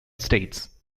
states